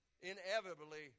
inevitably